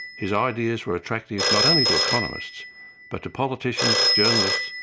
his ideas were attractive not only to economists but to politicians, journalists,